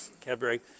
Cadbury